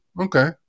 Okay